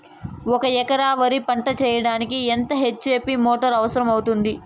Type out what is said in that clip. ఒక ఎకరా వరి పంట చెయ్యడానికి ఎంత హెచ్.పి మోటారు అవసరం అవుతుంది?